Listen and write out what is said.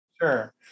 Sure